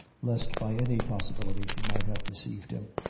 lest by any possibility she might have deceived him.